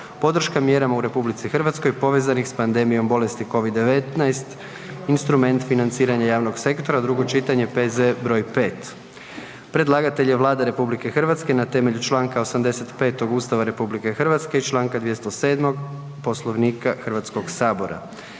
podrška mjerama u Republici Hrvatskoj, povezanih s pandemijom bolesti Covid-19 – instrument financiranja javnog sektora, drugo čitanje, P.Z. br. 5.; Predlagatelj je Vlada RH temeljem čl. 85 Ustava RH i čl. 207. Poslovnika Hrvatskoga sabora.